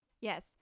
Yes